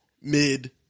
mid